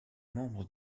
membre